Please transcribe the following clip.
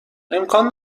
امکان